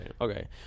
okay